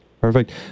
Perfect